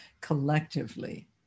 collectively